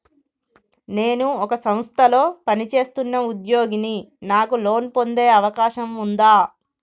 నేను ఒక సంస్థలో పనిచేస్తున్న ఉద్యోగిని నాకు లోను పొందే అవకాశం ఉందా?